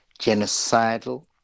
genocidal